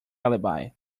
alibi